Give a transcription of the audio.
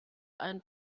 ein